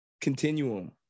continuum